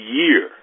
year